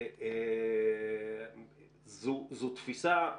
זו תפיסה,